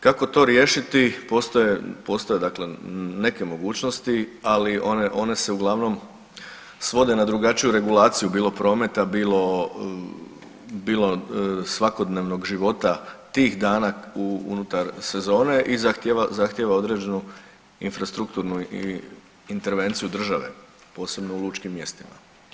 Kako to riješiti postoje, postoje dakle neke mogućnosti ali one, one se uglavnom svode na drugačiju regulaciju bilo prometa, bilo svakodnevnog života tih dana unutar sezone i zahtjeva određenu infrastrukturnu i intervenciju države, posebno u lučkim mjestima.